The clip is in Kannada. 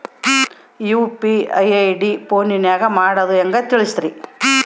ಯು.ಪಿ.ಐ ಐ.ಡಿ ಫೋನಿನಾಗ ಮಾಡೋದು ಹೆಂಗ ತಿಳಿಸ್ರಿ?